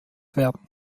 werden